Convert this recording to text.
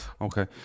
Okay